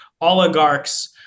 oligarchs